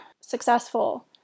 successful